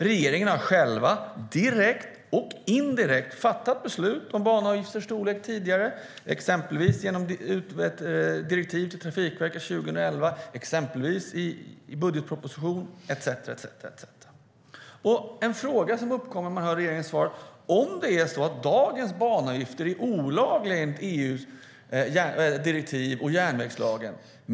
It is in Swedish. Regeringen har tidigare själv direkt och indirekt fattat beslut om banavgifters storlek, exempelvis i direktiv till Trafikverket 2011 och i budgetproposition. En fråga som uppkommer när man hör regeringens svar är om dagens banavgifter är olagliga enligt EU:s direktiv och järnvägslagen.